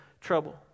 trouble